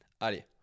Allez